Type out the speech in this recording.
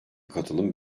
katılım